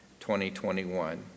2021